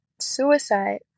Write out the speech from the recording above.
suicide